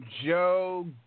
Joe